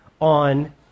on